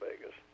Vegas